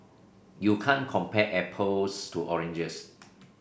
you can't compare apples to oranges